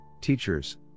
teachers